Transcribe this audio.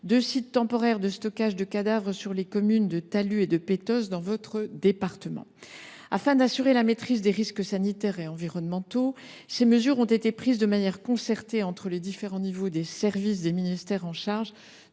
deux sites temporaires de stockage de cadavres sur les communes de Tallud Sainte Gemme et de Petosse, dans votre département. Afin d’assurer la maîtrise des risques sanitaires et environnementaux, ces mesures ont été prises de manière concertée entre les différents services des ministères chargés